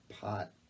pot